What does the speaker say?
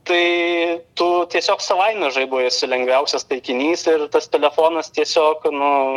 tai tu tiesiog savaime žaibui esi lengviausias taikinys ir tas telefonas tiesiog nu